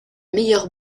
meilleure